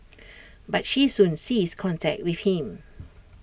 but she soon ceased contact with him